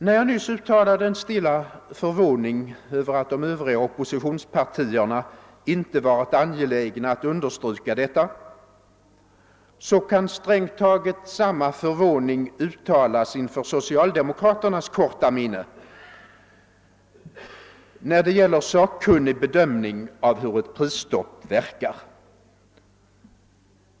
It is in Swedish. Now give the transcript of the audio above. När jag nyss uttalade en stilla förvåning över att de övriga oppositionspartierna inte varit angelägna att understryka detta, kan strängt taget samma förvåning uttalas inför socialdemokraternas korta minne när det gäller sakkunnig bedömning av hur ett prisstopp verkar.